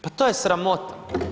Pa to je sramota.